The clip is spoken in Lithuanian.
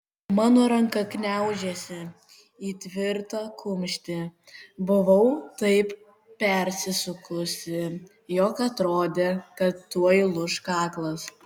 mano ranka gniaužėsi į tvirtą kumštį buvau taip persisukusi jog atrodė kad tuoj lūš kaklas